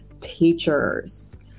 teachers